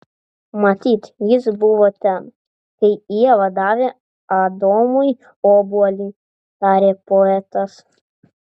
matyt jis buvo ten kai ieva davė adomui obuolį tarė poetas